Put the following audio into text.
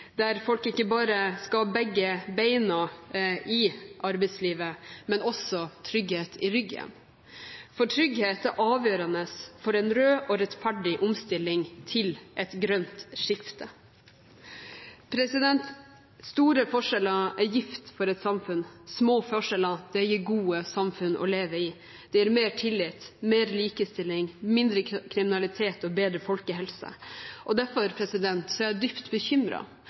der folk ikke bare skal ha begge beina i arbeidslivet, men også ha trygghet i ryggen, for trygghet er avgjørende for en rød og rettferdig omstilling til et grønt skifte. Store forskjeller er gift for et samfunn – små forskjeller gir gode samfunn å leve i. Det gir mer tillit, mer likestilling, mindre kriminalitet og bedre folkehelse. Derfor er jeg dypt